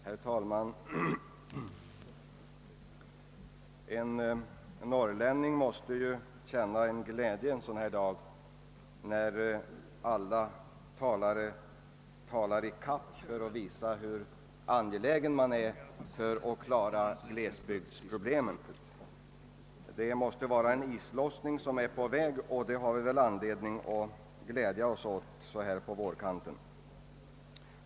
Herr talman! En norrlänning måste ju känna glädje en sådan här dag, när alla talare talar i kapp för att visa hur angelägen man är om att klara glesbygdsproblemen. Det måste vara en islossning som är på väg, och det har vi väl anledning att glädja oss åt så här på vårkanten.